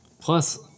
Plus